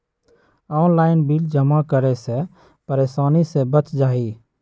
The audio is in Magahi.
ऑनलाइन बिल जमा करे से परेशानी से बच जाहई?